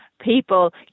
people